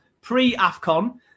pre-AFCON